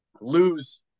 lose